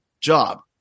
job